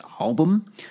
album